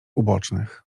ubocznych